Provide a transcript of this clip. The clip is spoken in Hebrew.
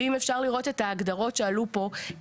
ואם אפשר לראות את ההגדרות שעלו פה,